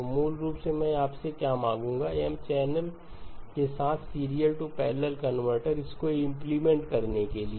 तो मूल रूप से मैं आपसे क्या मांगूंगा M चैनलों के साथ सीरियल टू पैरलल कनवर्टर इसको इंप्लीमेंट करने के लिए